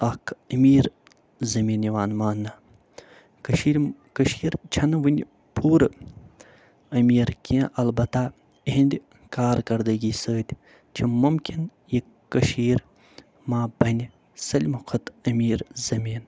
اکھ اَمیٖر زمیٖن یِوان ماننہٕ کٔشیٖرِ کٔشیٖر چھَنہٕ وٕنۍ پوٗرٕ أمیٖر کیٚنٛہہ البتہ اِہنٛدِ کارکردگی سۭتۍ چھِ ممُکِن یہِ کٔشیٖر ما بنہِ سٲلمو کھۄت أمیٖر زمیٖن